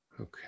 Okay